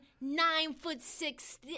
nine-foot-six